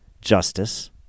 justice